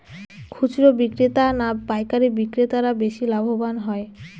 খুচরো বিক্রেতা না পাইকারী বিক্রেতারা বেশি লাভবান হয়?